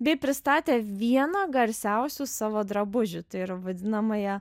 bei pristatė vieną garsiausių savo drabužių tai yra vadinamąją